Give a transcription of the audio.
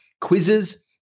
Quizzes